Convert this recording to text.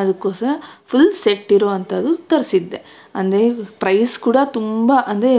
ಅದಕ್ಕೋಸ್ಕರ full set ಇರುವಂಥದು ತರಿಸಿದ್ದೆ ಅಂದೇ ಪ್ರೈಸ್ ಕೂಡ ತುಂಬ ಅಂದರೆ